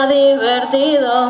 divertido